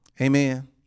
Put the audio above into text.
Amen